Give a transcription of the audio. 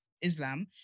islam